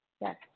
Yes